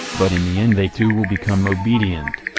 but in the end they too will become obedient.